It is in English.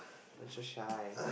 don't so shy